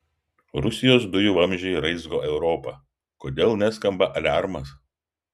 rusijos dujų vamzdžiai raizgo europą kodėl neskamba aliarmas